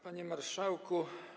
Panie Marszałku!